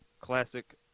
classic